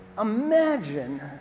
imagine